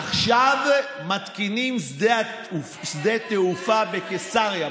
עכשיו מתקינים שדה תעופה בקיסריה.